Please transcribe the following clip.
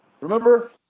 Remember